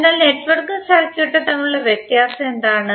അതിനാൽ നെറ്റ്വർക്കും സർക്യൂട്ടും തമ്മിലുള്ള വ്യത്യാസം എന്താണ്